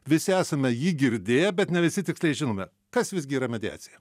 visi esame jį girdėję bet ne visi tiktai žinome kas visgi yra mediacija